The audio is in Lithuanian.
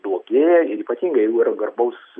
blogėja ir ypatingai jeigu yra garbaus